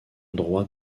droit